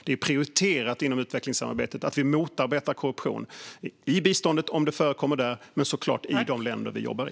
Det är prioriterat inom utvecklingssamarbetet att motarbeta korruption i biståndet, om det förekommer där, och såklart också i de länder vi jobbar i.